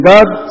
God